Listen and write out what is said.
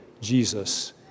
Jesus